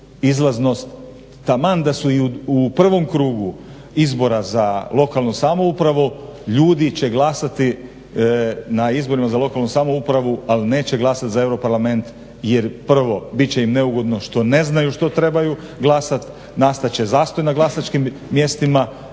izlaznost taman da su i u prvom krugu izbora za lokalnu samoupravu ljudi će glasati na izborima za lokalnu samoupravu ali neće glasati za EU parlament jer prvo bit će im neugodno što ne znaju što trebaju glasati, nastat će zastoj na glasačkim mjestima